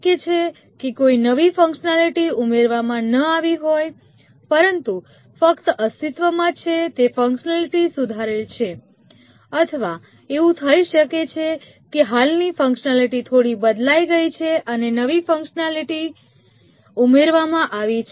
શક્ય છે કે કોઈ નવી ફંકશનાલિટી ઉમેરવામાં ન આવી હોય પરંતુ ફક્ત અસ્તિત્વમાં છે તે ફંકશનાલિટી સુધારેલ છે અથવા એવું થઈ શકે છે કે હાલની ફંકશનાલિટી થોડી બદલાઈ ગઈ છે અને નવી ફંકશનાલિટી ઉમેરવામાં આવી છે